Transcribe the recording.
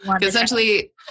Essentially